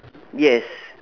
yes